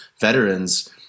veterans